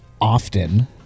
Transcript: often